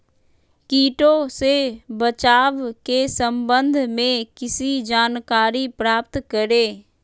किटो से बचाव के सम्वन्ध में किसी जानकारी प्राप्त करें?